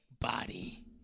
body